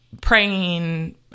praying